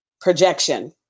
projection